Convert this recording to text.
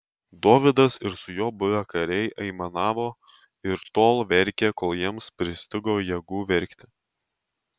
dovydas ir su juo buvę kariai aimanavo ir tol verkė kol jiems pristigo jėgų verkti